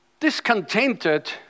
Discontented